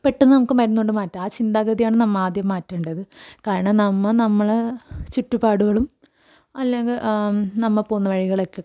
പെട്ടെന്ന് നമുക്ക് മരുന്നുകൊണ്ട് മാറ്റാം ആ ചിന്താഗതിയാണ് നമ്മൾ ആദ്യം മാറ്റേണ്ടത് കാരണം നമ്മൾ നമ്മളുടെ ചുറ്റുപാടുകളും അല്ലെങ്കിൽ നമ്മൾ പോകുന്ന വഴികളൊക്കെ